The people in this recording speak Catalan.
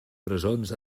presons